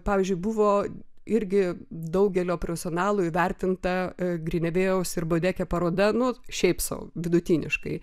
pavyzdžiui buvo irgi daugelio profesionalų įvertinta grinevėjaus ir bodeke paroda nu šiaip sau vidutiniškai